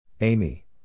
Amy